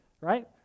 right